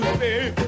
baby